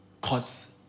cause